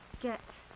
get